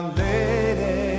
lady